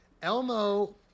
Elmo